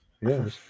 Yes